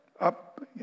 up